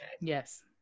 Yes